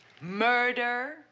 murder